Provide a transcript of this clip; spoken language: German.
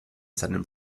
seinem